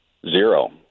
Zero